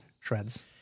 Shreds